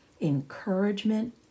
encouragement